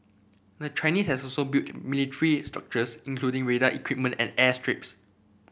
the Chinese has also built military structures including radar equipment and airstrips